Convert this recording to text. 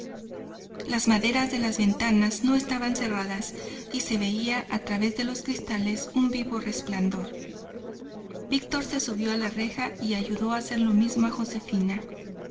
las maderas de las ventanas no estaban cerradas y se veía a través de los cristales un vivo resplandor víctor se subió a la reja y ayudó a hacer lo mismo a josefina